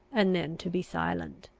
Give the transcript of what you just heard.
and then to be silent.